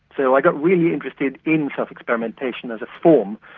so i got really interested in self-experimentation as a form,